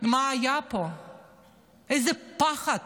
איזה פחד,